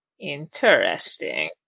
Interesting